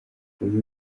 uyu